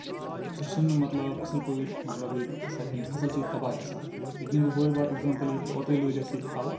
سُہ چھُ نہٕ مطلب اَصٕل پٲٹھۍ مطلب ییٚتہِ کھسان کِہینۍ فصٕل چھ ییٚتہِ تَباہ گژھان ییٚتہِ نِمہٕ بہٕ بٔڑ بار اٮ۪کزامپٕل ییٚتہِ اوترے لٔجۍ اسہِ ییٚتہِ تھل